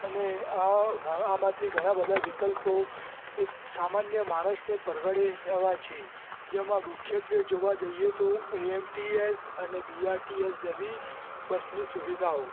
અને આ ઘણા આમાંથી ઘણા બધા વિકલ્પો એક સામાન્ય માણસને પરવડે એવા છે જેમાં મુખ્યત્ત્વે જોવા જઈએ તો એ એમ ટી એસ અને બી આર ટી એસ જેવી બસની સુવિધાઓ